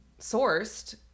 sourced